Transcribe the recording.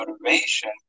motivation